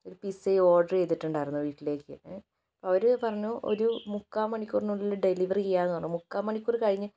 ഒരു പിസയും ഓര്ഡര് ചെയ്യ്തിട്ടുണ്ടായിരുന്നു വീട്ടിലേക്ക് അവരു പറഞ്ഞു ഒരു മുക്കാൽ മണിക്കൂറിനുള്ളില് ഡെലിവറി ചെയ്യാമെന്ന് പറഞ്ഞു മുക്കാൽ മണിക്കൂര് കഴിഞ്ഞു